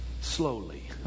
slowly